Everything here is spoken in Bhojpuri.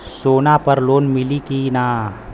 सोना पर लोन मिली की ना?